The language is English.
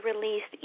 released